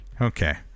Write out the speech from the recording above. okay